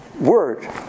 word